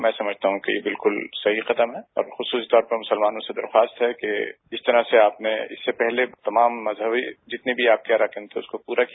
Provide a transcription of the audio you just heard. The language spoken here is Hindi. मैं समझता हूं कि बिल्कुल सही कदम है और खुसखुसीतौर पर मुसलमानों से दरखास्त है कि जिस तरह से आपने इससे पहले तमाम मजहबी जितने भी आपके अराकान्त थे उसे आपने पूरा किया